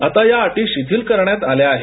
आता या अटी शिथिल करण्यात आल्या आहेत